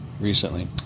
Recently